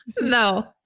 No